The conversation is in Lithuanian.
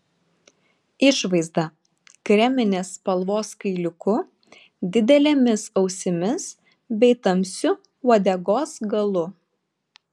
išvaizda kreminės spalvos kailiuku didelėmis ausimis bei tamsiu uodegos galu